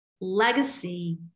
legacy